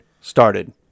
started